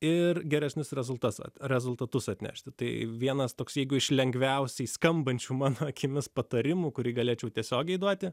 ir geresnius rezultatus ar rezultatus atnešti tai vienas toks jeigu iš lengviausiai skambančių mano akimis patarimų kurį galėčiau tiesiogiai duoti